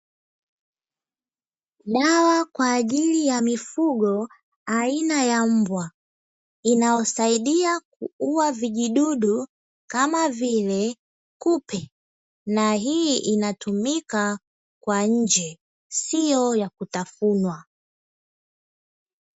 Dawa kwa ajili ya mifugo aina ya mbwa, inawasaidia kuua vijidudu kama vile kupe na hii inatumika kwa nje sio ya kutafunwa.